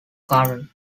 current